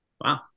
Wow